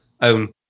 own